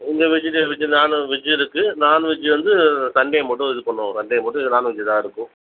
இங்கே vegetarian veg non வெஜ்ஜும் இருக்கு நான் வெஜ்ஜி வந்து சண்டே மட்டும் இது பண்ணுவோம் சண்டே மட்டும் நான்வெஜ்ஜி தான் இருக்கும்